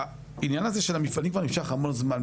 העניין הזה של המפעלים כבר נמשך המון זמן.